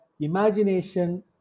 imagination